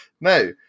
No